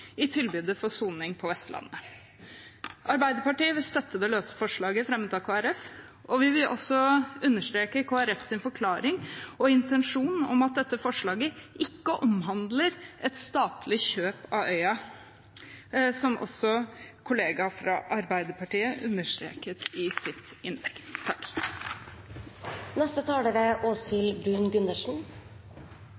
i tilbudet for soning på Vestlandet. Arbeiderpartiet vil støtte det løse forslaget som er fremmet av Kristelig Folkeparti, og vi vil også understreke Kristelig Folkepartis forklaring og intensjon om at dette forslaget ikke omhandler et statlig kjøp av øya, slik også min kollega fra Arbeiderpartiet understreket i sitt innlegg.